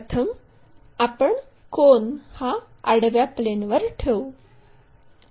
प्रथम आपण कोन हा आडव्या प्लेनवर ठेवू